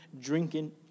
drinking